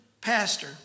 pastor